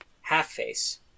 half-face